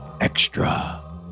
extra